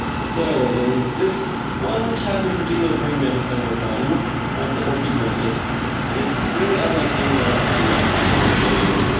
so there's this one type of particular praying mantis i work on called the orchid mantis, and it's really unlike any other praying mantis you've ever seen.